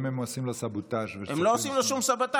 אם הם עושים לו סבוטז' הם לא עושים לו שום סבוטז'.